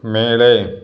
மேலே